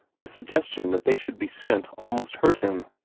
the suggestion that they should be sent almost hurt him.